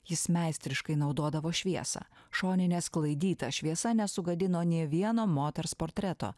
jis meistriškai naudodavo šviesą šoninė sklaidyta šviesa nesugadino nė vieno moters portreto